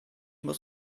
muss